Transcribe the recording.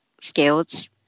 skills